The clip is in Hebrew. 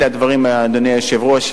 אלה הדברים, אדוני היושב-ראש.